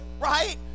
right